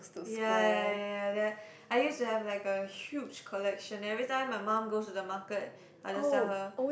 ya ya ya ya their I used to have a huge collection then every time my mum goes to the market I will just tell her